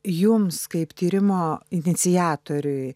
jums kaip tyrimo iniciatoriui